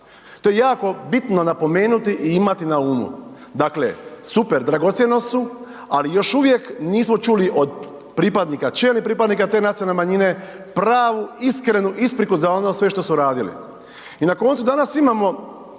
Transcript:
To je jako bitno napomenuti i imati na umu. Dakle, super, dragocjenost su, ali još uvijek nismo čuli od pripadnika čelnih pripadnika te nacionalne manjine, pravu iskrenu ispriku za ono sve što su radili. I na koncu, danas imamo